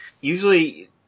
Usually